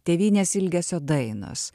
tėvynės ilgesio dainos